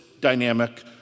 dynamic